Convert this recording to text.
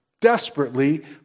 desperately